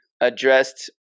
addressed